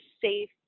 safe